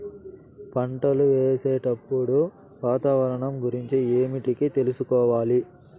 పంటలు వేసేటప్పుడు వాతావరణం గురించి ఏమిటికి తెలుసుకోవాలి?